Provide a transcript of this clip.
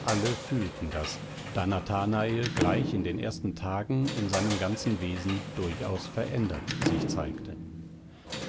alle fühlten das da nathanael gleich in den ersten tagen in seinem ganzen wesen durchaus verändert sich zeigte